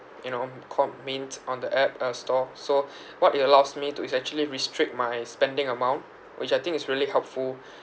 you know called mint on the app uh store so what it allows me to is actually restrict my spending amount which I think is really helpful